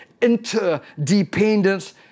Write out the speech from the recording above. interdependence